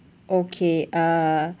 okay uh